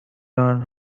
learned